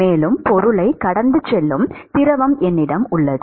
மேலும் பொருளைக் கடந்து செல்லும் திரவம் என்னிடம் உள்ளது